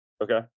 Okay